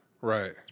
Right